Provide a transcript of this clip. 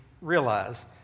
realize